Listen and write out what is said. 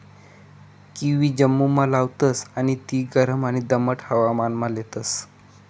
kiwi जम्मुमा लावतास आणि ती गरम आणि दमाट हवामानमा लेतस